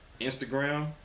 Instagram